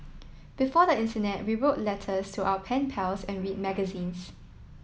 before the internet we wrote letters to our pen pals and read magazines